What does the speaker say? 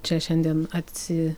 čia šiandien atsi